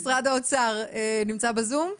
משרד האוצר נמצא בזום?